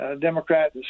Democrat